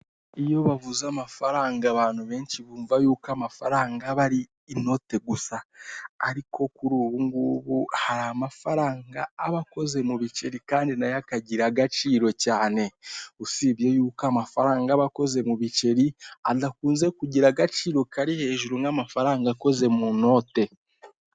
Iyo bavuze amafaranga abantu benshi bumva yuko amafaranga aba ari inote gusa. Ariko kuri ubu ngubu, hari amafaranga aba akoze mu biceri kandi na yo akagira agaciro cyane. Usibye yuko amafaranga aba akoze mu biceri, adakunze kugira agaciro kari hejuru, nk'amafaranga akoze mu note.